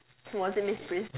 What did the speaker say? was it miss pris